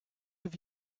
have